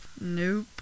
Nope